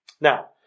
Now